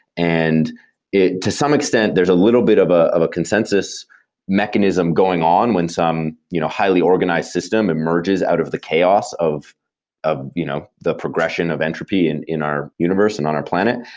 and to some extent, there's a little bit of ah of a consensus mechanism going on when some you know highly organized system emerges out of the chaos of of you know the progression of entropy in in our universe and on our planet.